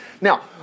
Now